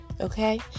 Okay